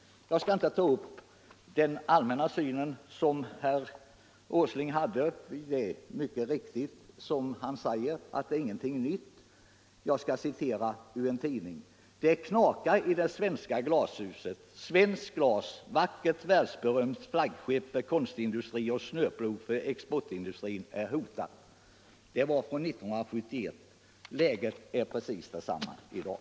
Jag skall inte ta upp till diskussion den allmänna syn som herr Åsling har — det är mycket riktigt som herr Åsling säger att där finns ingenting nytt. Men jag skall. citera ur en tidning: ”Det knakar i det svenska glashuscet. Svenskt glas — vackernt, världsberömt. flaggskepp för konstindustrin och snöplog för exportindustrin — är hotat.” Tidningen är från 1971 men läget är precis detsamma i dag.